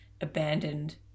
abandoned